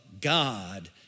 God